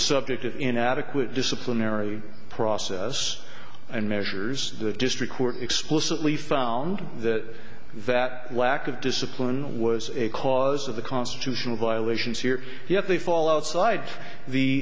subject of inadequate disciplinary process and measures the district court explicitly found that that lack of discipline was a cause of the constitutional violations here you have the fall outside the